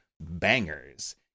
bangers